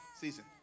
season